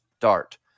dart